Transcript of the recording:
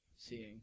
seeing